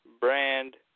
brand